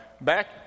back